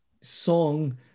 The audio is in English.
song